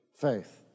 faith